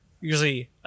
usually